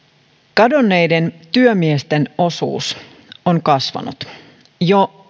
kadonneiden työmiesten osuus on kasvanut jo